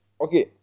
okay